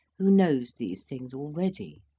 who knows these things already.